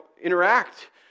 interact